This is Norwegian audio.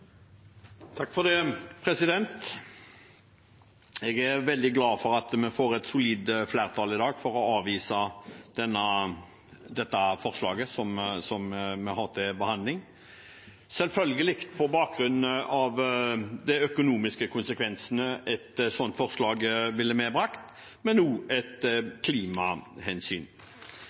veldig glad for at vi i dag får et solid flertall for å avvise dette forslaget som vi har til behandling – selvfølgelig på bakgrunn av de økonomiske konsekvensene et sånt forslag ville medført, men også av klimahensyn.